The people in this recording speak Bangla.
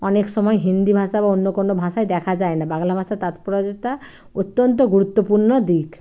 অনেক সময় হিন্দি ভাষা বা অন্য কোনো ভাষায় দেখা যায় না বাংলা ভাষার তাৎপর্যতা অত্যন্ত গুরুত্বপূর্ণ দিক